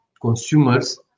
consumers